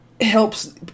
helps